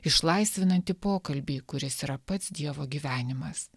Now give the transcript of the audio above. išlaisvinanti pokalbį kuris yra pats dievo gyvenimas